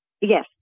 Yes